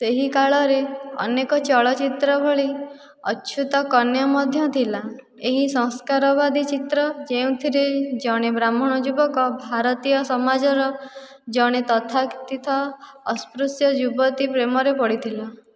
ସେହି କାଳର ଅନେକ ଚଳଚ୍ଚିତ୍ର ଭଳି 'ଅଛୁତ କନ୍ୟା' ମଧ୍ୟ ଥିଲା ଏହି ସଂସ୍କାରବାଦୀ ଚିତ୍ର ଯେଉଁଥିରେ ଜଣେ ବ୍ରାହ୍ମଣ ଯୁବକ ଭାରତୀୟ ସମାଜର ଜଣେ ତଥାକଥିତ ଅସ୍ପୃଶ୍ୟ ଯୁବତୀର ପ୍ରେମରେ ପଡ଼ିଥିଲା